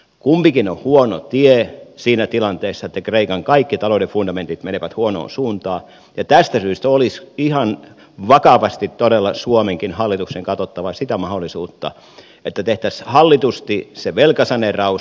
kumpikin on huono tie siinä tilanteessa että kreikan kaikki talouden fundamentit menevät huonoon suuntaan ja tästä syystä olisi ihan vakavasti todella suomenkin hallituksen katsottava sitä mahdollisuutta että tehtäisiin hallitusti se velkasaneeraus